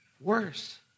worse